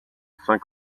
cinq